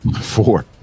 Four